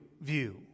view